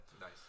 Nice